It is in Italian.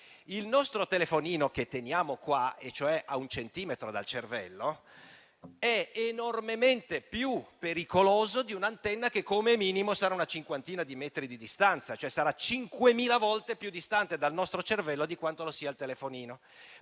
il nostro telefonino, che teniamo a un centimetro dal cervello, è enormemente più pericoloso di un'antenna che come minimo sarà a una cinquantina di metri di distanza, cioè sarà 5.000 volte più distante dal nostro cervello di quanto lo sia il telefonino.